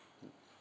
mmhmm